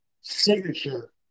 signature